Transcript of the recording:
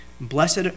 Blessed